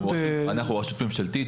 אנחנו רשות ממשלתית.